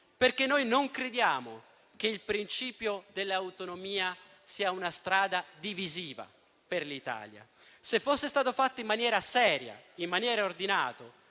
Perché noi non crediamo che il principio dell'autonomia sia una strada divisiva per l'Italia. Se tale principio fosse stato fatto in maniera seria, in maniera ordinata,